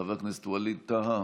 חבר הכנסת ווליד טאהא,